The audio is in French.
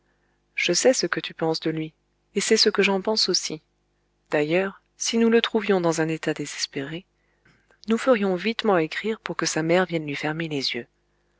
je sais ce que tu penses de lui et c'est ce que j'en pense aussi d'ailleurs si nous le trouvions dans un état désespéré nous ferions vitement écrire pour que sa mère vienne lui fermer les yeux